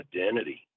identity